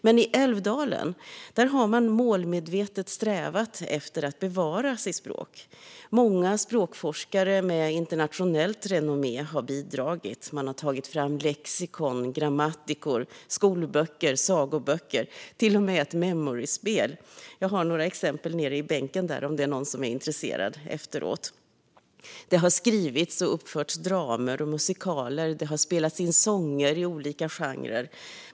Men i Älvdalen har man målmedvetet strävat efter att bevara sitt språk. Många språkforskare med internationellt renommé har bidragit. Man har tagit fram lexikon, grammatikor, skolböcker, sagoböcker och till och med ett Memoryspel. Jag har några exempel nere i bänken om någon är intresserad. Det har skrivits och uppförts dramer och musikaler. Det har spelats in sånger i olika genrer.